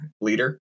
leader